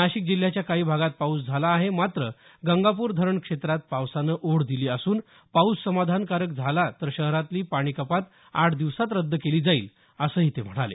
नाशिक जिल्ह्याच्या काही भागात पाऊस झाला आहे मात्र गंगापूर धरण क्षेत्रात पावसानं ओढ दिली असून पाऊस समाधानकारक झाला तर शहरातली पाणी कपात आठ दिवसात रद्द केली जाईल असं ते म्हणाले